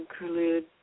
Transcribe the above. include